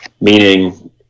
Meaning